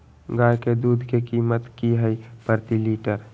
गाय के दूध के कीमत की हई प्रति लिटर?